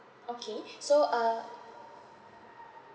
okay so uh